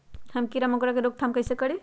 हम किरा मकोरा के रोक थाम कईसे करी?